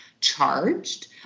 charged